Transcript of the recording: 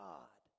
God